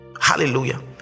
Hallelujah